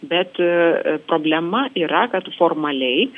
bet problema yra kad formaliai